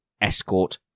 Escort